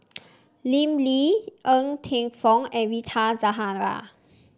Lim Lee Ng Teng Fong and Rita Zahara